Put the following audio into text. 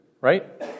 right